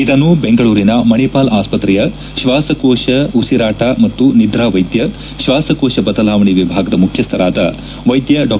ಇದನ್ನು ಬೆಂಗಳೂರಿನ ಮಣಿಪಾಲ್ ಆಸ್ತತ್ರೆಯ ಶ್ವಾಸಕೋಶ ಉಸಿರಾಟ ಮತ್ತು ನಿಧ್ರಾ ವೈದ್ಯ ಶ್ವಾಸಕೋತ ಬದಲಾವಣೆ ವಿಭಾಗದ ಮುಖ್ಯಸ್ವರಾದ ವೈದ್ಯ ಡಾ